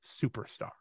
superstar